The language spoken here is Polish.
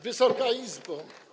Wysoka Izbo!